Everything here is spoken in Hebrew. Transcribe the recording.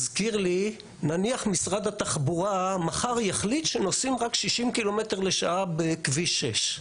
נניח משרד התחבורה מחר יחליט שנוסעים רק 60 קמ"ש בכביש 6,